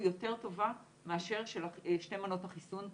יותר טובה מאשר שתי מנות החיסון הטריות.